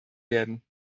werden